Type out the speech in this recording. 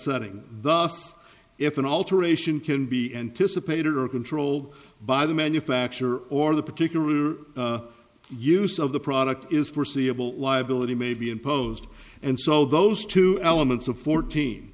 setting thus if an alteration can be anticipated or controlled by the manufacturer or the particular use of the product is foreseeable liability may be imposed and so those two elements of fourteen